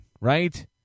right